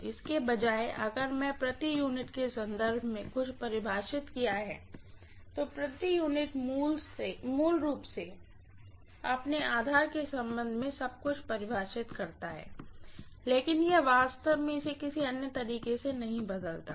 इसके बजाय अगर मैंने प्रति यूनिट के संदर्भ में सब कुछ परिभाषित किया है तो प्रति यूनिट मूल रूप से अपने आधार के संबंध में सब कुछ परिभाषित करता है लेकिन यह वास्तव में इसे किसी अन्य तरीके से नहीं बदलता है